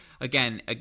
again